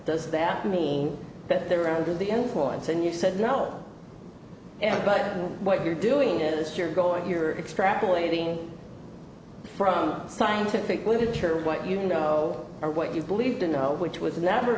does that mean that they're under the influence and you said no and by what you're doing is you're going here extrapolating from scientific literature what you know or what you believe to know which was never